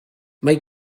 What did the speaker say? mae